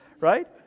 right